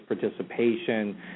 participation